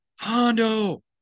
Hondo